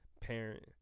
parent